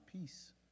peace